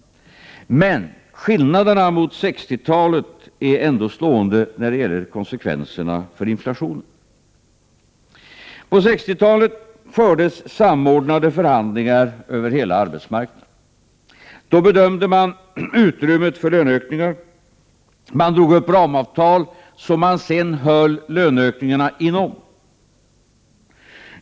Men skillnaderna mot 1960-talet är ändå slående när det gäller konsekvenserna för inflationen. På 1960-talet fördes samordnade förhandlingar över hela arbetsmarknaden. Då bedömde man utrymmet för löneökningarna och drog upp ramavtal som man sedan höll löneökningarna inom.